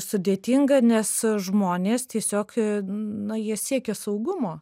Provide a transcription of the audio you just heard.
sudėtinga nes žmonės tiesiog na jie siekia saugumo